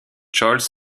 scholz